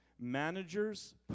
Managers